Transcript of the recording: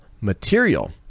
material